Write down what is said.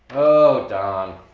oh don.